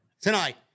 tonight